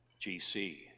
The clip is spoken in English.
GC